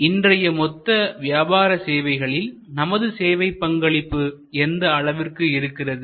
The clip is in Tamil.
இன்றைய மொத்த வியாபார சேவைகளின் நமது சேவை பங்களிப்பு எந்த அளவிற்கு இருக்கிறது